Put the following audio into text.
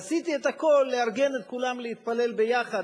עשיתי את הכול לארגן את כולם להתפלל ביחד,